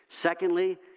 Secondly